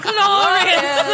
Glorious